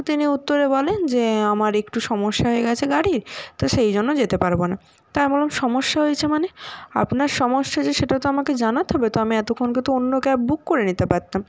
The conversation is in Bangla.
তো তিনি উত্তরে বলেন যে আমার একটু সমস্যা হয়ে গেছে গাড়ির তো সেই জন্য যেতে পারবনা তা আমি বললাম সমস্যা হয়েছে মানে আপনার সমস্যা যে সেটা তো আমাকে জানাতে হবে তো আমি এতক্ষণকে তো অন্য ক্যাব বুক করে নিতে পারতাম